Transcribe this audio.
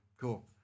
cool